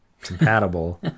compatible